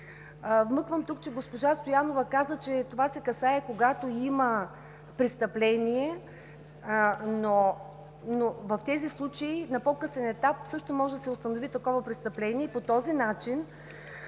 Вмъквам тук, че госпожа Стоянова каза, че това се касае, когато има престъпление, но в тези случаи на по-късен етап също може да се установи такова престъпление. По този начин